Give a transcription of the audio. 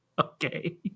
Okay